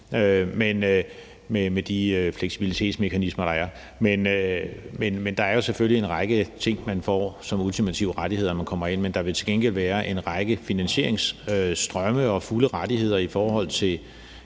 med de fleksibilitetsmekanismer, der er, men der er jo selvfølgelig en række ting, man får som ultimative rettigheder, når man kommer ind. Men der vil til gengæld være en række finansieringsstrømme og fulde rettigheder i forhold til